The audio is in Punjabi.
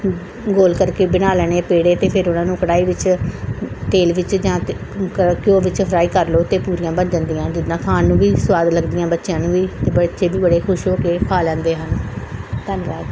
ਗੋਲ ਕਰਕੇ ਬਣਾ ਲੈਣੇ ਪੇੜੇ ਅਤੇ ਫੇਰ ਉਹਨਾਂ ਨੂੰ ਕੜਾਹੀ ਵਿੱਚ ਤੇਲ ਵਿੱਚ ਜਾਂ ਘ ਘਿ ਘਿਓ ਵਿੱਚ ਫਰਾਈ ਕਰ ਲਓ ਅਤੇ ਪੂਰੀਆਂ ਬਣ ਜਾਂਦੀਆਂ ਜਿੱਦਾਂ ਖਾਣ ਨੂੰ ਵੀ ਸਵਾਦ ਲੱਗਦੀਆਂ ਬੱਚਿਆਂ ਨੂੰ ਵੀ ਬੱਚੇ ਵੀ ਬੜੇ ਖੁਸ਼ ਹੋ ਕੇ ਖਾ ਲੈਂਦੇ ਹਨ ਧੰਨਵਾਦ